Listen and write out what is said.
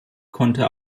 konnte